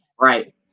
Right